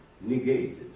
negated